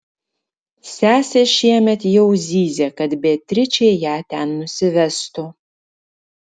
sesė šiemet jau zyzė kad beatričė ją ten nusivestų